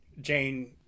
Jane